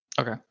okay